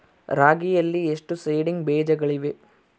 ರಾಗಿಯಲ್ಲಿ ಎಷ್ಟು ಸೇಡಿಂಗ್ ಬೇಜಗಳಿವೆ?